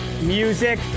music